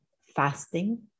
Fasting